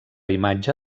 imatge